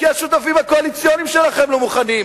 כי השותפים הקואליציוניים שלכם לא מוכנים.